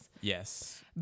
Yes